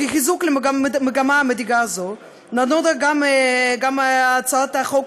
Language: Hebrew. כחיזוק למגמה מדאיגה זו נדונה גם הצעת חוק